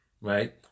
Right